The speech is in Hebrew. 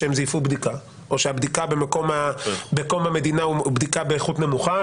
שהם זייפו בדיקה או שהבדיקה באותה מדינה הוא באיכות נמוכה.